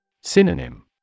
Synonym